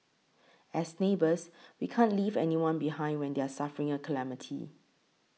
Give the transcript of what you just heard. as neighbours we can't leave anyone behind when they're suffering a calamity